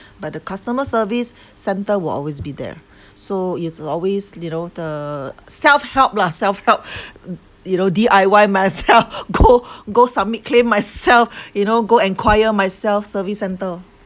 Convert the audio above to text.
but the customer service centre will always be there so it's always you know the self-help lah self-help you know D_I_Y myself go go submit claim myself you know go inquire myself service centre